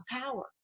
power